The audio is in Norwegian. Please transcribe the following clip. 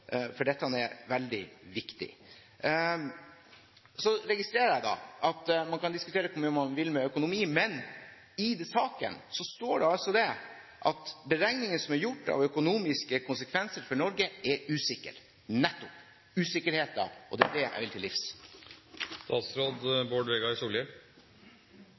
for dette er veldig viktig. Jeg registrerer at man kan diskutere økonomi så mye man vil, men i saken står det altså at beregninger som er gjort av økonomiske konsekvenser for Norge, er usikre. Nettopp usikkerheten er det jeg vil til